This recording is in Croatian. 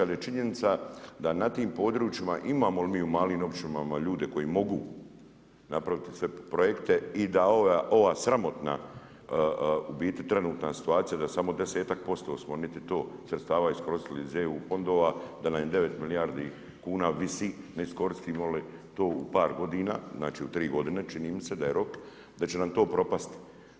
Ali je činjenica da na tim područjima imamo mi u malim općinama ljude koji mogu napraviti sve projekte i da ova sramotna u biti trenutna situacija da samo desetak posto smo, niti to sredstava iskoristili iz EU fondova, da nam 9 milijardi kuna visi neiskoristivo to u par godina, znači u tri godine čini mi se da je rok, da će nam to propasti.